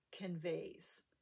conveys